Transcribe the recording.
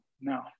no